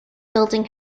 building